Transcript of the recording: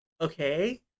Okay